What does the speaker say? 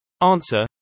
Answer